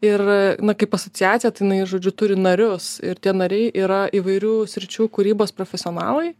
ir na kaip asociacija tai jinai žodžiu turi narius ir tie nariai yra įvairių sričių kūrybos profesionalai